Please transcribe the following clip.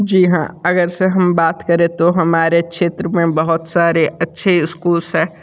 जी हाँ अगर से हम बात करें तो हमारे क्षेत्र में बहुत सारे अच्छे स्कूल्स है